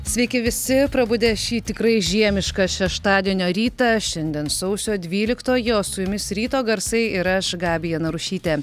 sveiki visi prabudę šį tikrai žiemišką šeštadienio rytą šiandien sausio dvyliktoji o su jumis ryto garsai ir aš gabija narušytė